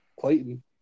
Clayton